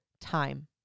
Time